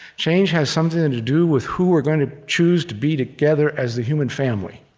change has something and to do with who we're going to choose to be together, as the human family.